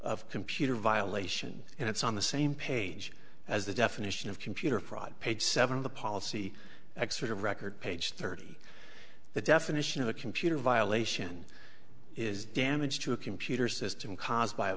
of computer violation and it's on the same page as the definition of computer fraud page seven of the policy expert of record page thirty the definition of a computer violation is damage to a computer system caused by a